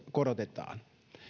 korotetaan